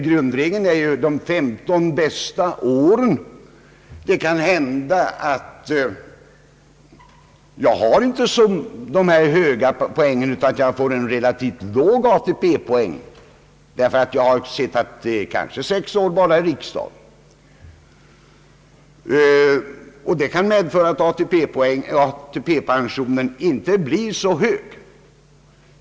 Grundregeln är att de 15 bästa åren skall räknas. Det kan hända att jag inte har så höga pensionspoäng som det här talas om, utan jag kanske får ett relativt lågt poängtal i ATP därför att jag måhända bara har suttit sex år i riksdagen, och det ger inte så hög pension.